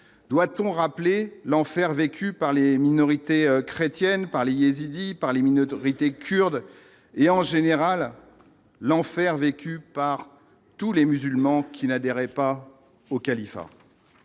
doit-on rappeler l'enfer vécu par les minorités chrétiennes par le yézidis par les minorités kurdes et en général l'enfer vécu par tous les musulmans qui n'adhéraient pas au califat,